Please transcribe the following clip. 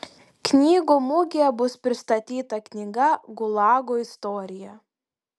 knygų mugėje bus pristatyta knyga gulago istorija